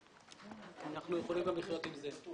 אנחנו יכולים גם לחיות עם זה.